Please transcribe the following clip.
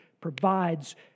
provides